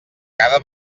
cada